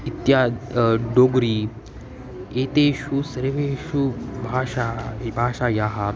इत्याद् डोग्री एतेषु सर्वेषु भाषा विभाषायाः